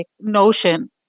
notion